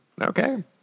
Okay